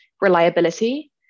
reliability